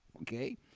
Okay